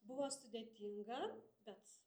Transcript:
buvo sudėtinga bet